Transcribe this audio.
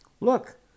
Look